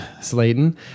Slayton